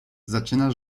zaczyna